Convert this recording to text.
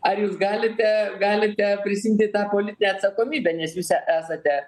ar jūs galite galite prisiimti tą politinę atsakomybę nes jūs e esate